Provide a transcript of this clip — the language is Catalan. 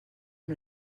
amb